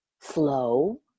flow